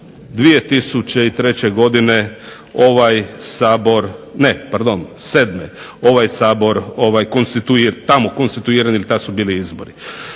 23.11.2003. godine ovaj Sabor, ne pardon 2007., ovaj Sabor konstituiran, tamo konstituiranim kad su bili izbori.